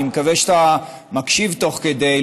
אני מקווה שאתה מקשיב תוך כדי,